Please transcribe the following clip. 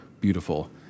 beautiful